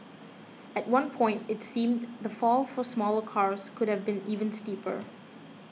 at one point it seemed the fall for smaller cars could have been even steeper